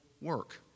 work